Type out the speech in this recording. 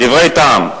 דברי טעם.